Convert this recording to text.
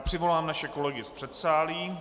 Přivolám naše kolegy z předsálí.